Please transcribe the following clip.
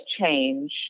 change